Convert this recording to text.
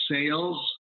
sales